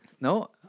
No